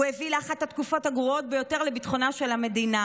הוא הביא לאחת התקופות הגרועות ביותר לביטחונה של המדינה".